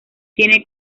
tiene